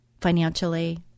financially